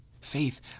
Faith